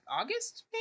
August